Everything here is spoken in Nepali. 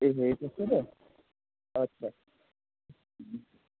ए हे त्यस्तो पो आच्छा